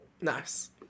Nice